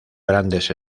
grandes